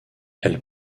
elle